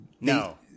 No